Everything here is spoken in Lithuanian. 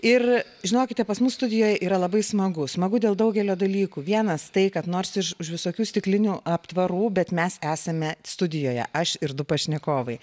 ir žinokite pas mus studijoj yra labai smagu smagu dėl daugelio dalykų vienas tai kad nors iš už visokių stiklinių aptvarų bet mes esame studijoje aš ir du pašnekovai